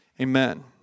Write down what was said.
Amen